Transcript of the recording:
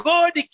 God